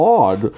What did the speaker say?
odd